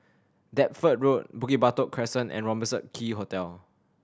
Deptford Road Bukit Batok Crescent and Robertson Quay Hotel